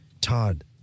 Todd